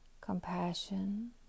compassion